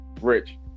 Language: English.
rich